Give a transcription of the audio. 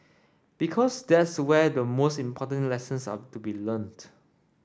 because that's where the most important lessons are to be learnt